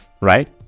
right